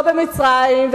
לא במצרים,